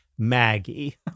Maggie